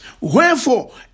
Wherefore